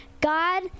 God